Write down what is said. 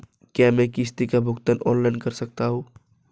क्या मैं किश्तों का भुगतान ऑनलाइन कर सकता हूँ?